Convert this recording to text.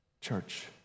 church